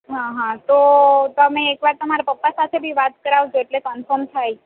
હાં હાં તો તમે એકવાર તમાર પપ્પા સાથે બી વાત કરાવજો એટલે કનફોર્મ થાય